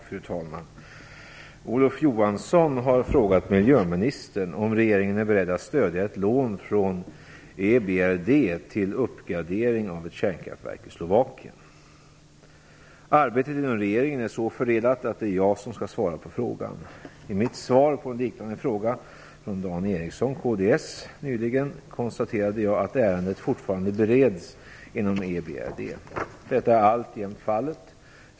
Fru talman! Olof Johansson har frågat miljöministern om regeringen är beredd att stödja ett lån från Arbetet inom regeringen är så fördelat att det är jag som skall svara på frågan. I mitt svar på en liknande fråga från Dan Ericsson, kds, nyligen konstaterade jag att ärendet fortfarande bereds inom EBRD. Detta är alltjämt fallet.